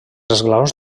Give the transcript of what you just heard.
esglaons